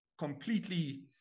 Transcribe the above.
completely